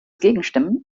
gegenstimmen